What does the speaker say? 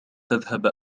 تذهب